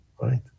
right